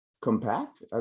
compact